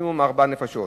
למינימום ארבע נפשות.